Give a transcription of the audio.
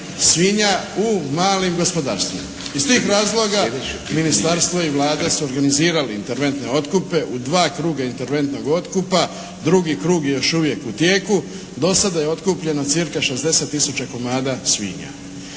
svinja u malim gospodarstvima. Iz tih razloga ministarstvo i Vlada su organizirali interventne otkupe u dva kruga interventnog otkupa, drugi krug je još uvijek u tijeku. Do sada je otkupljeno cirka 60 tisuća komada svinja.